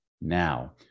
now